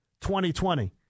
2020